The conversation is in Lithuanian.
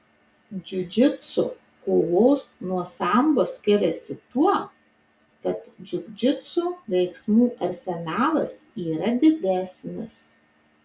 džiudžitsu kovos nuo sambo skiriasi tuo kad džiudžitsu veiksmų arsenalas yra didesnis